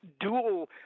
dual